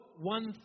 one